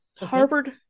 Harvard